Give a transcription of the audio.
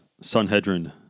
Sanhedrin